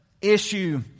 issue